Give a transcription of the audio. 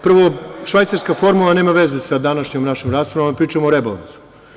Prvo, švajcarska formula nema veze sa današnjom našom raspravom, pričamo o rebalansu.